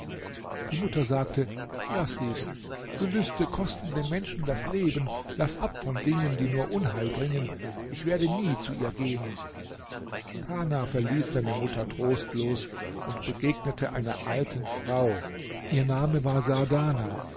die mutter sagte laß dies gelüste kosten dem menschen das leben laß ab von dingen die nur unheil bringen ich werde nie zu ihr gehen kana verließ seine mutter trostlos und begegnete einer alten frau ihr name war saadana